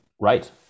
Right